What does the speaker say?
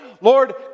Lord